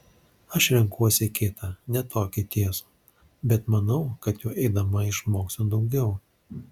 aš renkuosi kitą ne tokį tiesų bet manau kad juo eidama išmoksiu daugiau